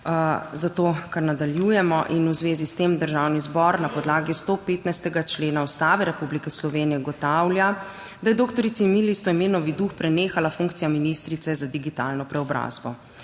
zato kar nadaljujemo –, in v zvezi s tem Državni zbor na podlagi 115. člena Ustave Republike Slovenije ugotavlja, da je dr. Emiliji Stojmenovi Duh prenehala funkcija ministrice za digitalno preobrazbo.